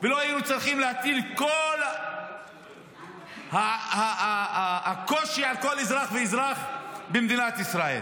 ולא היינו צריכים להטיל את כל הקושי על כל אזרח ואזרח במדינת ישראל,